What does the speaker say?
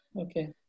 Okay